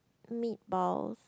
meatballs